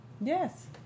Yes